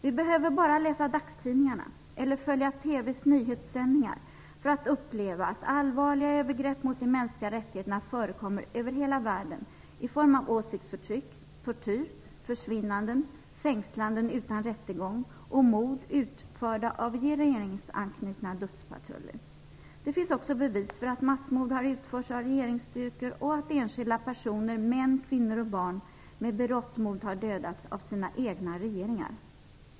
Vi behöver bara läsa dagstidningarna eller följa TV:s nyhetssändningar för att uppleva att allvarliga övergrepp mot de mänskliga rättigheterna förekommer över hela världen i form av åsiktsförtryck, tortyr, försvinnanden, fängslanden utan rättegång och mord utförda av regeringsanknutna dödspatruller. Det finns också bevis för att massmord har utförts av regeringsstyrkor och att enskilda personer - män, kvinnor och barn - med berått mod har dödats av sina egna regeringar.